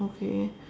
okay